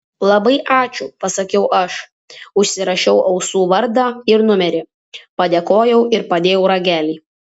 labai ačiū pasakiau aš užsirašiau ausų vardą ir numerį padėkojau ir padėjau ragelį